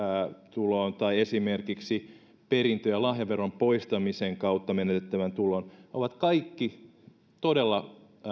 tuloon että esimerkiksi perintö ja lahjaveron poistamisen kautta menetettävään tuloon ovat kaikki todella